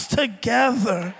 together